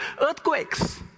earthquakes